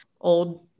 old